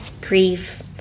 grief